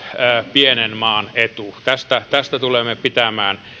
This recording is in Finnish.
pienen maan etu näistä tulemme pitämään